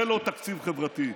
זה לא תקציב חברתי.